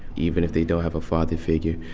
even if they don't have a father figure,